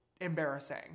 embarrassing